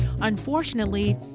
unfortunately